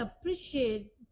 appreciate